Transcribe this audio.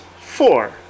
four